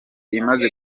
imaze